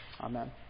Amen